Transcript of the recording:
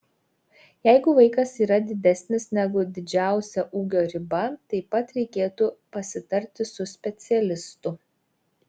jeigu vaikas yra didesnis negu didžiausia ūgio riba taip pat reikėtų pasitarti su specialistu